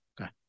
Okay